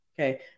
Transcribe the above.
okay